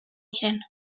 diren